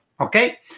okay